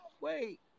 wait